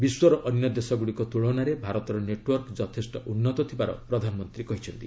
ବିଶ୍ୱର ଅନ୍ୟ ଦେଶଗୁଡ଼ିକ ତୁଳନାରେ ଭାରତର ନେଟ୍ୱାର୍କ ଯଥେଷ୍ଟ ଉନ୍ନତ ଥିବାର ପ୍ରଧାନମନ୍ତ୍ରୀ କହିଛନ୍ତି